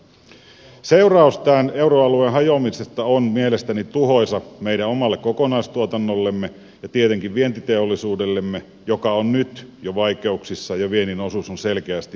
seuraus tämän euroalueen hajoamisesta on mielestäni tuhoisa meidän omalle kokonaistuotannollemme ja tietenkin vientiteollisuudellemme joka on nyt jo vaikeuksissa ja viennin osuus on selkeästi tippunut